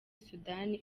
sudani